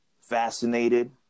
fascinated